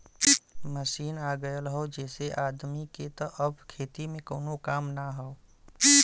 machine आ गयल हौ जेसे आदमी के त अब खेती में कउनो काम ना हौ